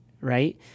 Right